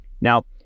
Now